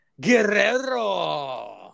Guerrero